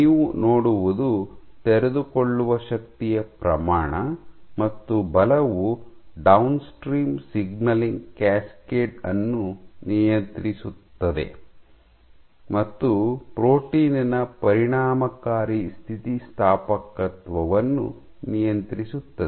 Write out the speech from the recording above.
ನೀವು ನೋಡುವುದು ತೆರೆದುಕೊಳ್ಳುವ ಶಕ್ತಿಯ ಪ್ರಮಾಣ ಮತ್ತು ಬಲವು ಡೌನ್ಸ್ಟ್ರೀಮ್ ಸಿಗ್ನಲಿಂಗ್ ಕ್ಯಾಸ್ಕೇಡ್ ಅನ್ನು ನಿಯಂತ್ರಿಸುತ್ತದೆ ಮತ್ತು ಪ್ರೋಟೀನ್ ನ ಪರಿಣಾಮಕಾರಿ ಸ್ಥಿತಿಸ್ಥಾಪಕತ್ವವನ್ನು ನಿಯಂತ್ರಿಸುತ್ತದೆ